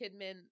Kidman